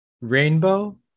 rainbow